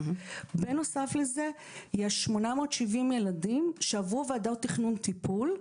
בנוסף לזה, יש 870 ילדים שעברו ועדות תכנון טיפול,